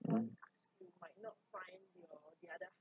mm